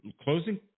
Closing